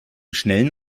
schnellen